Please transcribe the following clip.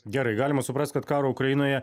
gerai galima suprast kad karo ukrainoje